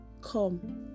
come